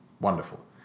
Wonderful